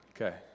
Okay